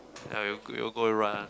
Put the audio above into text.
ah we we go and run